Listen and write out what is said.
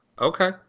Okay